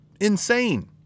insane